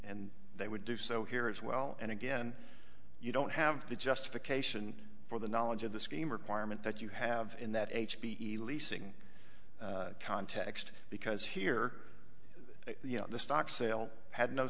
and they would do so here as well and again you don't have the justification for the knowledge of the scheme requirement that you have in that h p t leasing context because here you know the stock sale had no